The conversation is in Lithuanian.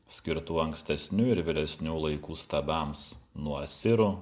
skirtų ankstesnių ir vyresnių laikų stabams nuo asirų